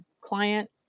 client